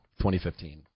2015